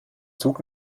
zug